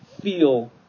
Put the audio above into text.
feel